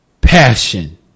passion